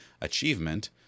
achievement